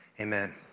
Amen